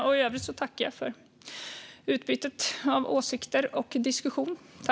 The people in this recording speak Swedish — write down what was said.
I övrigt tackar jag för utbytet av åsikter och för diskussionen.